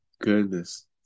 goodness